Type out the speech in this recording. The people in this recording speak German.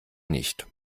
nicht